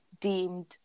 deemed